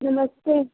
नमस्ते